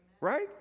right